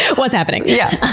what's happening? yeah.